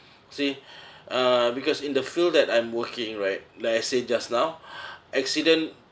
see uh because in the field that I'm working right like I said just now accident